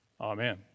amen